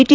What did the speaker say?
T